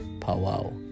powwow